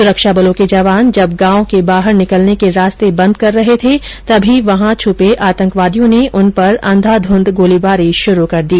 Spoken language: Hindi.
सुरक्षा बलों के जवान जब गांव के बाहर निकलने के रास्ते बंद कर रहे थे तभी वहां छुपे आतंकवादियों ने उन पर अंधाधुंध गोलीबारी शुरू कर दी